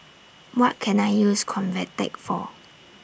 What Can I use Convatec For